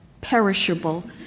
perishable